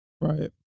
right